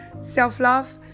Self-love